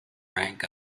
rank